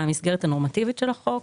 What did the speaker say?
המסגרת הנורמטיבית של החוק,